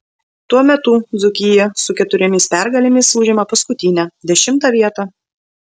tuo metu dzūkija su keturiomis pergalėmis užima paskutinę dešimtą vietą